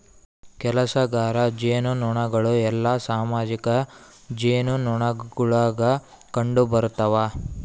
ಕೆಲಸಗಾರ ಜೇನುನೊಣಗಳು ಎಲ್ಲಾ ಸಾಮಾಜಿಕ ಜೇನುನೊಣಗುಳಾಗ ಕಂಡುಬರುತವ